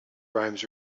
rhymes